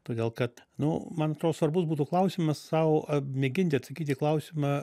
todėl kad nu man atro svarbus būtų klausimas sau a mėginti atsakyti į klausimą